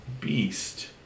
beast